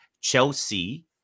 Chelsea